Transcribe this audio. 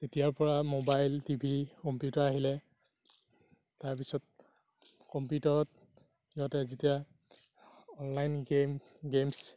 যেতিয়াৰ পৰা mobile T V computer আহিলে তাৰপিছত কম্পিউটাৰত সিহঁতে যেতিয়া অনলাইন গেম গেমছ্